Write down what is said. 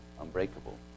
unbreakable